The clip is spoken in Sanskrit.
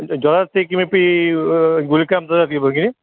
किन्तु ज्वरस्य किमपि गुलिकां ददाति भगिनी